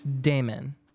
Damon